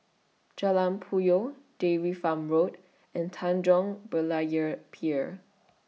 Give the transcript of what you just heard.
Jalan Puyoh Dairy Farm Road and Tanjong Berlayer Pier